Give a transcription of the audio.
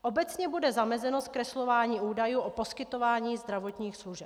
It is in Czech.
Obecně bude zamezeno zkreslování údajů o poskytování zdravotních služeb.